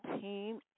team